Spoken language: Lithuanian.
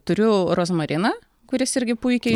turiu rozmariną kuris irgi puikiai